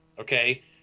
Okay